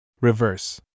Reverse